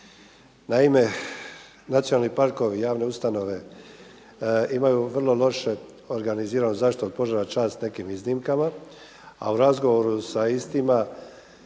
Naime, nacionalni parkovi, javne ustanove imaju vrlo loše organiziranu zaštitu od požara čast nekim iznimkama, a u razgovoru sa istima